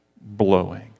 blowing